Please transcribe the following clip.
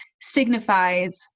signifies